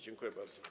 Dziękuję bardzo.